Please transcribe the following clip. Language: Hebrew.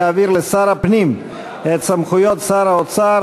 להעביר לשר הפנים את סמכויות שר האוצר